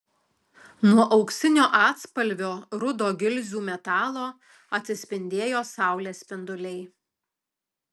nuo auksinio atspalvio rudo gilzių metalo atsispindėjo saulės spinduliai